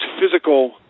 physical